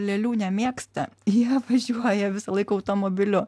lėlių nemėgsta jie važiuoja visąlaik automobiliu